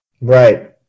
Right